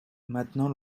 maintenant